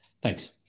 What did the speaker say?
Thanks